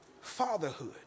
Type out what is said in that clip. Fatherhood